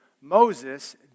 Moses